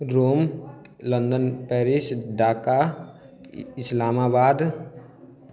Rome London Paris Dhaka Islamabad